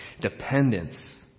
dependence